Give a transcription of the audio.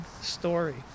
story